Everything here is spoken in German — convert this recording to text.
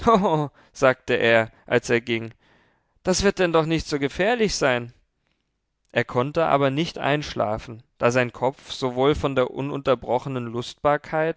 sagte er als er ging das wird denn doch nicht so gefährlich sein er konnte aber nicht einschlafen da sein kopf sowohl von der unterbrochenen